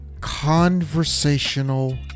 conversational